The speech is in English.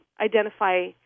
identify